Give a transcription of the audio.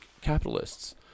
capitalists